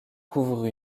couvre